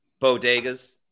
bodegas